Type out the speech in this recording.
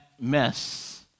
mess